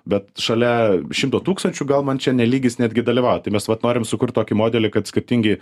bet šalia šimto tūkstančių gal man čia ne lygis netgi dalyvaut tai mes vat norim sukurt tokį modelį kad skirtingi